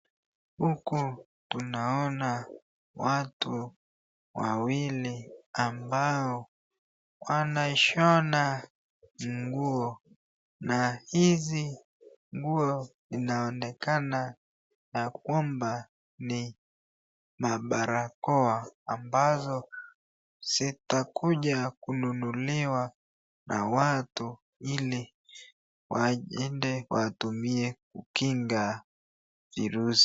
Huku tunaona watu wawili ambao wanaishona nguo, na hizi nguo zinaonekana ya kwamba ni mabarakoa ambazo zitakuja kununuliwa na watu ili waende kutumia kukinga virusi.